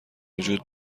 وجود